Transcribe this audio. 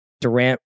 Durant